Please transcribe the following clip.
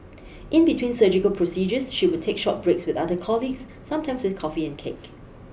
in between surgical procedures she would take short breaks with other colleagues sometimes with coffee and cake